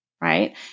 right